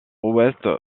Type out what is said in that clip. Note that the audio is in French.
ouest